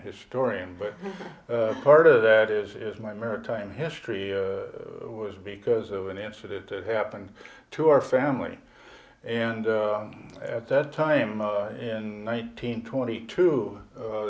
historian but part of that is is my maritime history was because of an incident that happened to our family and at that time in nineteen twenty two